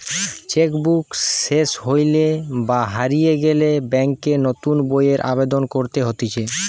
check book সেস হইলে বা হারিয়ে গেলে ব্যাংকে নতুন বইয়ের আবেদন করতে হতিছে